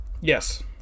Yes